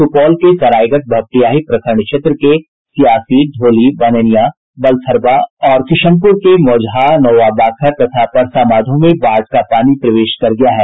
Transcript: सुपौल के सरायगढ भपटियाही प्रखंड क्षेत्र के सियासी ढोली बनैनिया बलथरवा और किशनपुर के मौजहा नौआबाखर परसामाधो में बाढ़ का पानी प्रवेश कर गया है